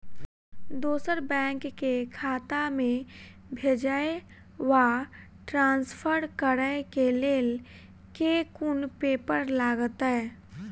दोसर बैंक केँ खाता मे भेजय वा ट्रान्सफर करै केँ लेल केँ कुन पेपर लागतै?